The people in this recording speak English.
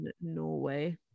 Norway